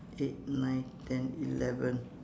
eight nine ten eleven